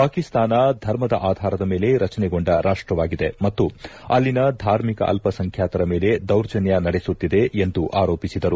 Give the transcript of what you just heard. ಪಾಕಿಸ್ತಾನ ಧರ್ಮದ ಆಧಾರದ ಮೇಲೆ ರಚನೆಗೊಂಡ ರಾಷ್ಷವಾಗಿದೆ ಮತ್ತು ಅಲ್ಲಿನ ಧಾರ್ಮಿಕ ಅಲ್ಪಸಂಖ್ಯಾತರ ಮೇಲೆ ದೌರ್ಜನ್ಲ ನಡೆಸುತ್ತಿದೆ ಎಂದು ಆರೋಪಿಸಿದರು